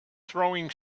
throwing